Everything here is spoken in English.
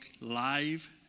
Live